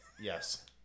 Yes